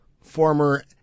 former